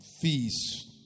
feast